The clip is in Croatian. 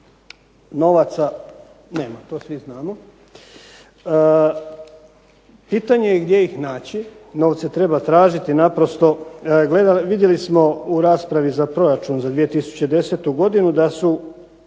novaca nema, to svi znamo. Pitanje je gdje ih naći. Novce treba tražiti, naprosto vidjeli smo u raspravi za proračun za 2010. godinu da su